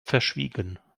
verschwiegen